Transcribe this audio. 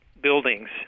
buildings